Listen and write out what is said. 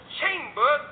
chamber